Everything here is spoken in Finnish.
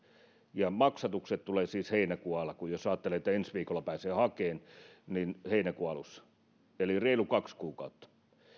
ja maksatukset tulevat siis heinäkuun alussa jos ajattelee että ensi viikolla pääsee jo hakemaan niin ne tulevat heinäkuun alussa eli reilu kaksi kuukautta